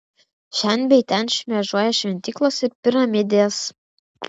šen bei ten šmėžuoja šventyklos ir piramidės